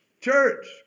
Church